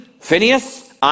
Phineas